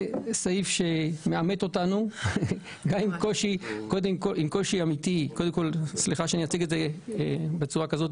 זה סעיף שיעמת אותנו עם קושי אמיתי וסליחה שאני אציג את זה בצורה כזאת.